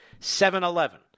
7-Eleven